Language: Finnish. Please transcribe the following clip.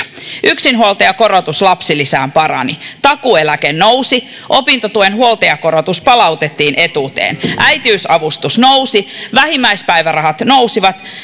yksinhuoltajakorotus lapsilisään parani takuueläke nousi opintotuen huoltajakorotus palautettiin etuuteen äitiysavustus nousi vähimmäispäivärahat nousivat